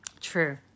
true